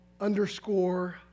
underscore